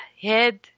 head